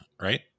right